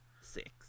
Six